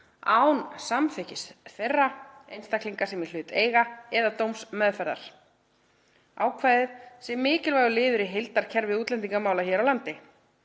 án samþykkis þeirra einstaklinga sem í hlut eiga eða dómsmeðferðar. Ákvæðið sé mikilvægur liður í heildarkerfi útlendingamála hér á landi.